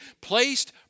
placed